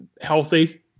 healthy